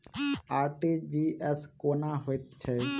RTGS कोना होइत छै?